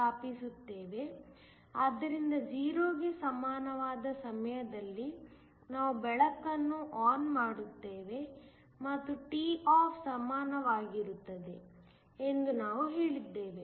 ಆದ್ದರಿಂದ 0 ಗೆ ಸಮಾನವಾದ ಸಮಯದಲ್ಲಿ ನಾವು ಬೆಳಕನ್ನು ಆನ್ ಮಾಡುತ್ತೇವೆ ಮತ್ತು toff ಸಮನಾಗಿರುತ್ತದೆ ಎಂದು ನಾವು ಹೇಳಿದ್ದೇವೆ